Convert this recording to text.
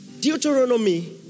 Deuteronomy